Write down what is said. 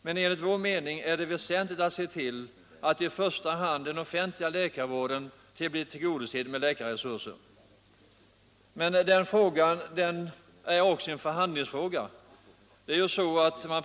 Men enligt vår mening är det väsentligt att se till att i första hand den offentliga läkarvården blir tillgodosedd med läkarresurser. Detta är också en förhandlingsfråga.